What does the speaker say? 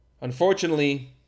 Unfortunately